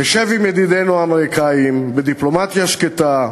תשב עם ידידינו האמריקנים בדיפלומטיה שקטה,